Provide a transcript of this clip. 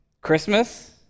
Christmas